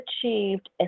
achieved